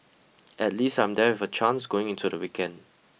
at least I'm there with a chance going into the weekend